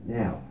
now